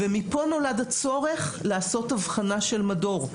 מכאן נולד הצורך לעשות הבחנה של מדור,